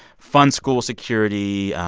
fund school security,